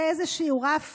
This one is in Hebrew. זה איזשהו רף